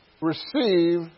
receive